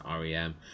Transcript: REM